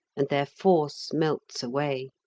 and their force melts away.